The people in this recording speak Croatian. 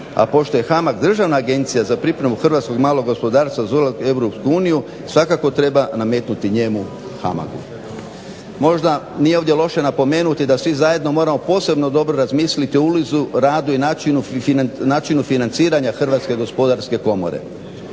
A pošto je HAMAG državna agencija za pripremu hrvatskog malog gospodarstva za ulazak u EU svakako treba nametnuti njemu HAMAG-u. Možda nije ovdje loše napomenuti da svi zajedno moramo posebno dobro razmisliti o ulozi, radu i načinu financiranja Hrvatske gospodarske komore.